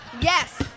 Yes